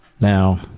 now